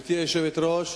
גברתי היושבת-ראש,